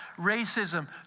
racism